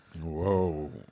Whoa